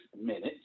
minutes